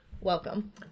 Welcome